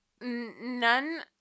none